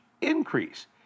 increase